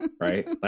Right